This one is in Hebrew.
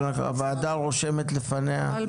אבל הוועדה רושמת לפניה דיון --- אבל